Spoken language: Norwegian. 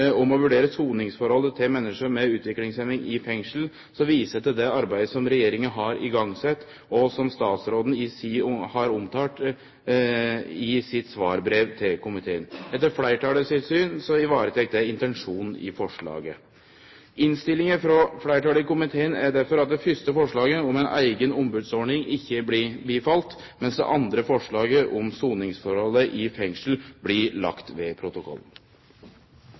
om å vurdere soningsforholda til menneske med utviklingshemming i fengsel, viser eg til det arbeidet som regjeringa har sett i gang, og som statsråden har omtalt i sitt svarbrev til komiteen. Etter fleirtalet sitt syn varetek det intensjonen i forslaget. Innstillinga frå fleirtalet i komiteen er derfor at det første forslaget, om ei eiga ombodsordning, ikkje blir vedteke, mens det andre forslaget, om soningsforholda i fengsel, blir lagt ved protokollen.